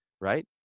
right